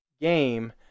game